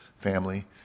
family